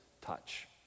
touch